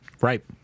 Right